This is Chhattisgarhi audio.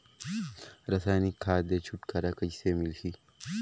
रसायनिक खाद ले छुटकारा कइसे मिलही?